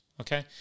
Okay